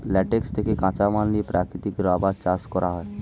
latex থেকে কাঁচামাল নিয়ে প্রাকৃতিক রাবার চাষ করা হয়